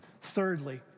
Thirdly